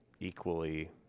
equally